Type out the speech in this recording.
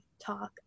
talk